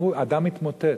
אמרו: אדם התמוטט.